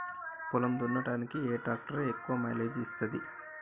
పొలం దున్నడానికి ఏ ట్రాక్టర్ ఎక్కువ మైలేజ్ ఇస్తుంది?